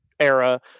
era